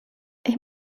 ich